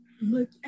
look